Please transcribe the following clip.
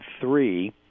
three